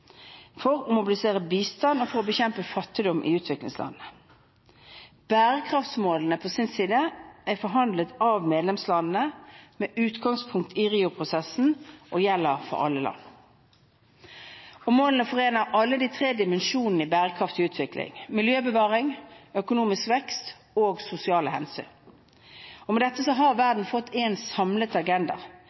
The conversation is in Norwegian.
for å mobilisere bistand og for å bekjempe fattigdom i utviklingsland. Bærekraftsmålene er på sin side forhandlet av medlemslandene, med utgangspunkt i Rio-prosessen, og gjelder for alle land. Målene forener alle de tre dimensjonene i bærekraftig utvikling: miljøbevaring, økonomisk vekst og sosiale hensyn. Med dette har verden fått én samlet agenda.